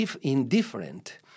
indifferent